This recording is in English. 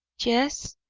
yes,